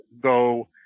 go